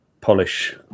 polish